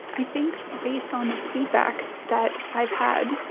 i think based on the feedback that i've had,